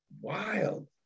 Wild